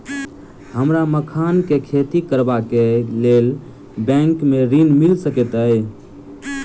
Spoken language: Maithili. हमरा मखान केँ खेती करबाक केँ लेल की बैंक मै ऋण मिल सकैत अई?